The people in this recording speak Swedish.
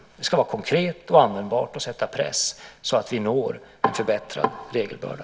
Det ska vara konkret och användbart och sätta press så att vi får en förbättrad regelbörda.